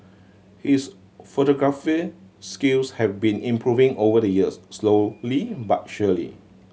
he is photography skills have been improving over the years slowly but surely